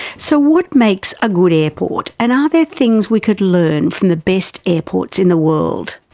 so what makes a good airport and are there things we could learn from the best airports in the world?